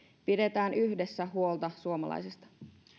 pidetään yhdessä huolta suomalaisista